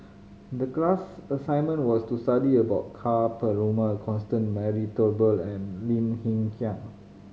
the class assignment was to study about Ka Perumal Constance Mary Turnbull and Lim Hng Kiang